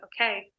okay